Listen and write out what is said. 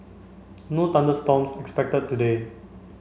no thunder storms expected today